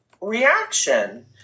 reaction